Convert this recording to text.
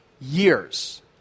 years